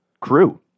crew